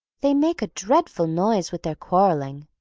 they make a dreadful noise with their quarrelling,